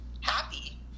happy